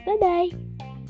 Bye-bye